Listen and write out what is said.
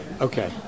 Okay